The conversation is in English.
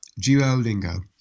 Duolingo